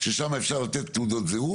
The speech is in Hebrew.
אנחנו נתנו להם 20 עובדים זמניים.